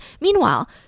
Meanwhile